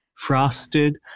Frosted